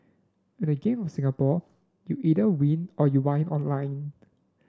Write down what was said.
in the Game of Singapore you either win or you whine online